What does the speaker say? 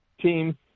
team